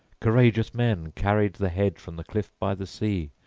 courageous men carried the head from the cliff by the sea,